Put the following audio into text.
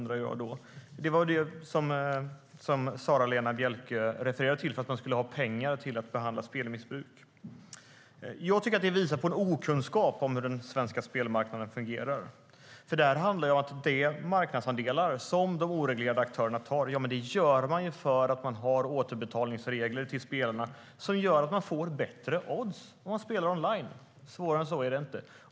Det var det som Sara-Lena Bjälkö refererade till för att man skulle ha pengar till att behandla spelmissbruk. Jag tycker att detta visar på okunskap om hur den svenska spelmarknaden fungerar. Det här handlar ju om att de oreglerade tar marknadsandelar för att man har regler för återbetalning till spelarna som gör att de får bättre odds om de spelar online. Svårare än så är det inte.